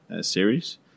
series